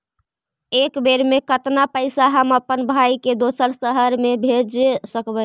एक बेर मे कतना पैसा हम अपन भाइ के दोसर शहर मे भेज सकबै?